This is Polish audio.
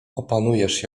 opanujesz